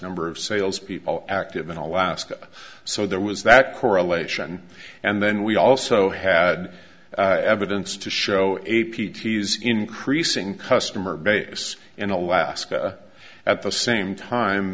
number of sales people active in alaska so there was that correlation and then we also had evidence to show a p t s increasing customer base in alaska at the same time